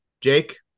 Jake